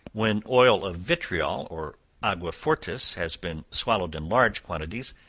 when oil of vitriol or aqua fortis have been swallowed in large quantities,